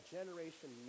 Generation